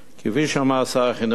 כפי שאמר שר החינוך,